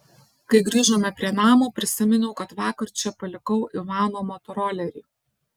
kai grįžome prie namo prisiminiau kad vakar čia palikau ivano motorolerį